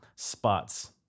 spots